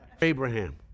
Abraham